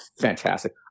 Fantastic